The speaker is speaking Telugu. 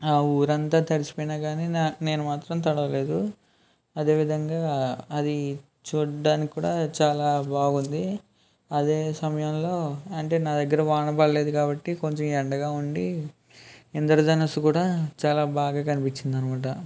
ఆ ఊరంతా తడిసిపోయినా కానీ నేను మాత్రం తడవలేదు అదేవిధంగా అది చూడటానికి కూడా చాలా బాగుంది అదే సమయంలో అంటే నా దగ్గర వాన పడలేదు కాబట్టి కొంచెం ఎండగా ఉండి ఇంద్రధనుస్సు కూడా చాలా బాగా కనిపించింది అన్నమాట